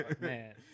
man